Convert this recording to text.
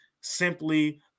simply